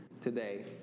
today